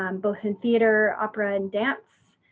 um both in theater, opera, and dance.